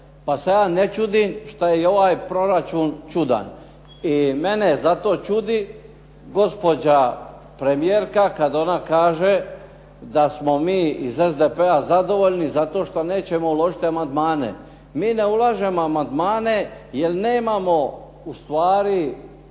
Pa sada ne čudi što je i ovaj proračun čudan. I mene zato čudi gospođa premijerka kada ona kaže da smo mi iz SDP-a zadovoljni zato što nećemo uložiti amandmane. Mi ne ulažemo amandmane jer nemamo ustvari